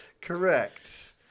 correct